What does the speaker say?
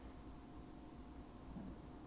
dry food then 你有没有刷牙